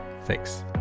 thanks